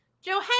Joe